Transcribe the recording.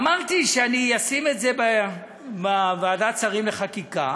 אמרתי שאני אשים את זה בוועדת שרים לחקיקה